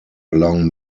along